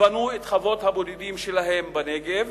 שבנו את חוות הבודדים שלהם בנגב,